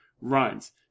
runs